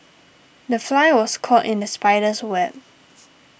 the fly was caught in the spider's web